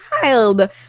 child